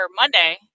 Monday